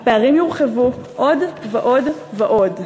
הפערים יורחבו עוד ועוד ועוד.